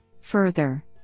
Further